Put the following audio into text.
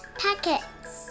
packets